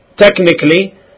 technically